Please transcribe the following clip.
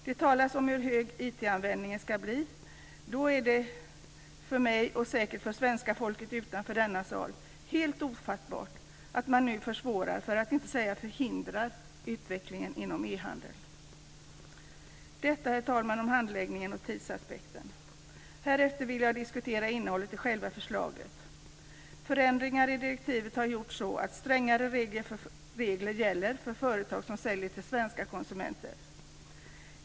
Det talas om hur hög IT-användningen ska bli. Då är det för mig och säkert för svenska folket utanför denna sal helt ofattbart att man nu försvårar, för att inte säga förhindrar, utvecklingen inom ehandeln. Detta, herr talman, var vad jag hade att säga om handläggningen och tidsaspekten. Härefter vill jag diskutera innehållet i själva förslaget. Förändringar i direktivet har gjorts så, att strängare regler gäller för företag som säljer till svenska konsumenter.